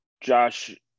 Josh